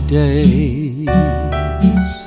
days